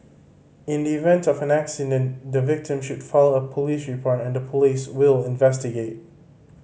in the event of an accident the victim should file a police report and the Police will investigate